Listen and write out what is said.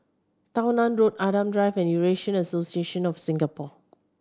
Tao Nan Road Adam Drive and Eurasian Association of Singapore